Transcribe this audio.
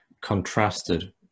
contrasted